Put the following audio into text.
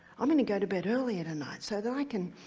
i'm and go to bed earlier tonight so that i can.